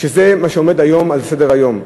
שזה מה שעומד היום על סדר-היום.